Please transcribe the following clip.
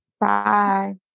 Bye